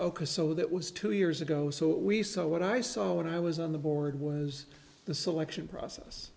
ok so that was two years ago so we saw what i saw when i was on the board was the selection process